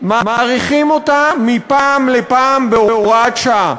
מאריכים אותה מפעם לפעם בהוראת שעה